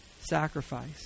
sacrifice